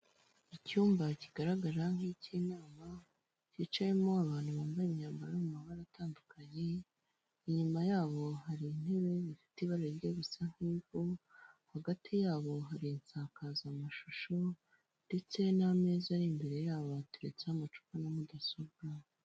Icyumba kigaragara nk'icy'inama, cyicayemo abantu bambaye imyambaro iri mu mabara atandukanye, inyuma yabo hari intebe zifite ibara rijya gusa nk'ivu, hagati yabo hari insakazamashusho ndetse n'amezi ari imbere yabo baturetse amacupa na mudasobwa.